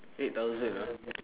eight thousand ah